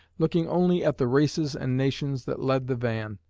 looking only at the races and nations that led the van,